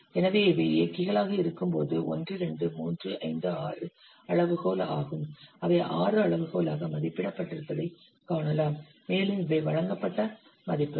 எனவே இவை இயக்கிகளாக இருக்கும்போது 1 2 3 5 6 அளவுகோல் ஆகும் அவை 6 அளவுகோலாக மதிப்பிடப்பட்டிருப்பதைக் காணலாம் மேலும் இவை வழங்கப்பட்ட மதிப்புகள்